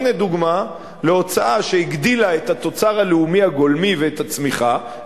הנה דוגמה להוצאה שהגדילה את התוצר הלאומי הגולמי ואת הצמיחה,